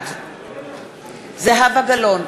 בעד זהבה גלאון,